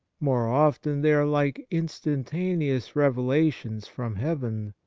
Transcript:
more often they are like instantaneous revelations from heaven,